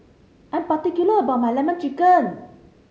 I am particular about my Lemon Chicken